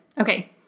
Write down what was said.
Okay